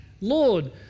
Lord